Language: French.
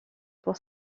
pour